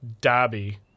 Dobby